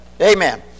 amen